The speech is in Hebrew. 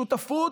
שותפות,